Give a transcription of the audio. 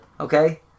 Okay